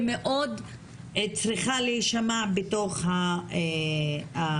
ומאוד צריכה להישמע בתוך הוועדה.